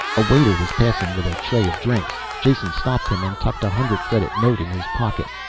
a waiter was passing with a tray of drinks. jason stopped him and tucked a hundred-credit note in his pocket.